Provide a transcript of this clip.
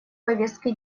повестки